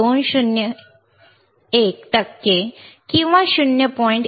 201 टक्के किंवा 0